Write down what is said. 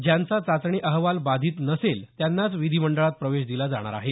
ज्यांचा चाचणी अहवाल बाधित नसेल त्यांनाच विधिमंडळात प्रवेश दिला जाणार आहे